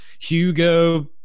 Hugo